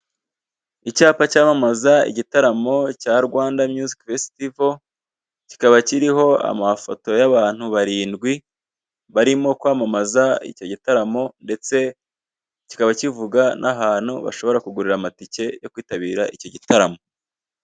Icyapa cyamamaza igitaramo cya Rwanda Music Festival, kikaba kiriho amafoto y'abantu barindwi barimo kwamamaza icyo gitaramo ndetse kikaba kivuga n'ahantu bashobora kugurira amatike yo kwitabira icyo gitaramo.